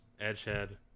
Edgehead